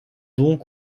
donc